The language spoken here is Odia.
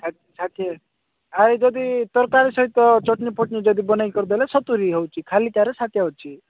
ଷାଠିଏ ଅଛି ଆଉ ଏ ଯଦି ତରକାରୀ ସହିତ ଚଟନି ପଟନି ଯଦି ବନେଇ କରିଦେଲେ ସତୁରି ହଉଚି ଖାଲିଟାରେ ଷାଠିଏ ହଉଛି